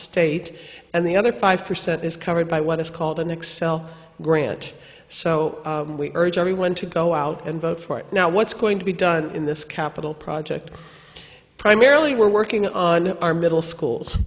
state and the other five percent is covered by what is called an excel grant so we urge everyone to go out and vote for now what's going to be done in this capital project primarily we're working on our middle schools